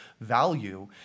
value